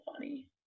Funny